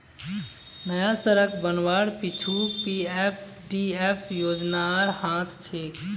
नया सड़क बनवार पीछू पीएफडीपी योजनार हाथ छेक